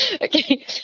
okay